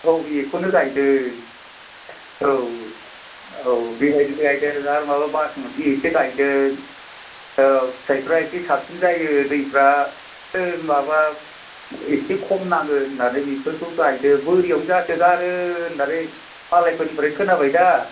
औ बेखौनो गायदों औ औ बेबायदिनो गायदों आरो माबा बासमथि एसे गायदों औ फिथाइफ्रा एसे साबसिन जायो दैफ्राबो माबा एसे खम नाङो होननानै बेफोरखौ गायदों बोरियावनो जासोगारो होननानै मालायफोरनिफ्राय खोनाबायदा